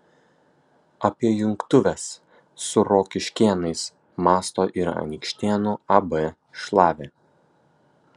apie jungtuves su rokiškėnais mąsto ir anykštėnų ab šlavė